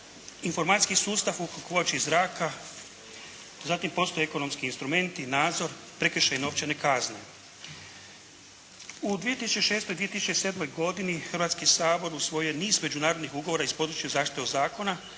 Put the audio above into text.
informacijski sustav u kakvoći zraka. Zatim, postoje ekonomski instrumenti, nadzor, prekršaji i novčane kazne. U 2006. i 2007. godini Hrvatski sabor usvojio je niz međunarodnih ugovora iz područja zaštite zraka,